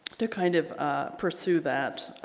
to kind of pursue that